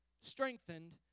strengthened